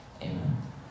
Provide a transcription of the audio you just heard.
Amen